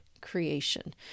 creation